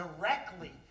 directly